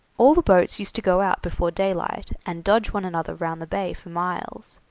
all the boats used to go out before daylight, and dodge one another round the bay for miles.